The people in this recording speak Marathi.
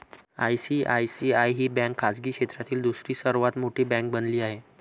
आय.सी.आय.सी.आय ही बँक खाजगी क्षेत्रातील दुसरी सर्वात मोठी बँक बनली आहे